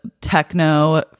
techno